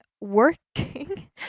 working